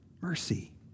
mercy